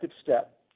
step